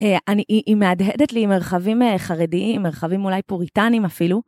אני... היא היא מהדהדת לי מרחבים חרדיים, מרחבים אולי פוריטנים אפילו.